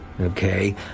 Okay